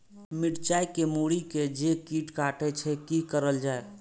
मिरचाय के मुरी के जे कीट कटे छे की करल जाय?